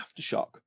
aftershock